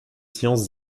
sciences